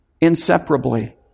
Inseparably